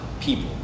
people